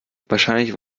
wahrscheinlich